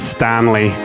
Stanley